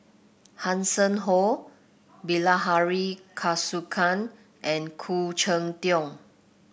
Hanson Ho Bilahari Kausikan and Khoo Cheng Tiong